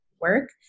work